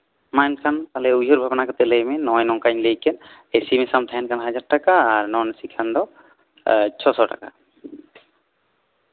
ᱢᱟ ᱮᱱᱠᱷᱟᱱ ᱩᱭᱦᱟᱹᱨ ᱵᱷᱟᱵᱽᱱᱟ ᱠᱟᱛᱮᱜ ᱞᱟᱹᱭᱢᱮ ᱱᱚᱝᱠᱟᱧ ᱞᱟᱹᱭ ᱠᱮᱜ ᱮᱥᱤ ᱵᱟᱠᱷᱟᱨᱟᱢ ᱛᱟᱱᱦᱮᱱ ᱠᱷᱟᱱ ᱫᱚ ᱦᱟᱡᱟᱨ ᱴᱟᱠᱟ ᱟᱨ ᱱᱚᱱ ᱮᱥᱤ ᱨᱮᱢ ᱛᱟᱦᱮᱱ ᱠᱷᱟᱱ ᱫᱚ ᱪᱷᱚᱥᱚ ᱴᱟᱠᱟ